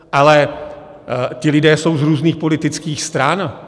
Ale ti lidé jsou z různých politických stran.